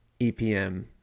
EPM